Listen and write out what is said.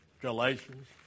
Galatians